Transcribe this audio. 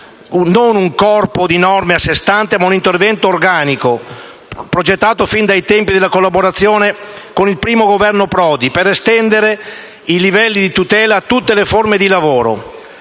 non un corpo di norme a sé stante, ma un intervento organico, progettato fin dai tempi della collaborazione con il primo Governo Prodi, per estendere i livelli di tutela a tutte le forme di lavoro.